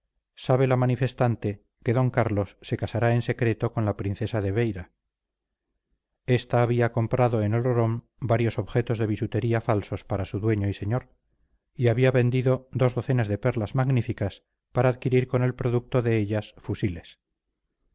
sabe la manifestante que d carlos se casará en secreto con la princesa de beira esta había comprado en olorón varios objetos de bisutería falsos para su dueño y señor y había vendido dos docenas de perlas magníficas para adquirir con el producto de ellas fusiles